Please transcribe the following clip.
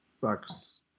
Bucks